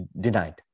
denied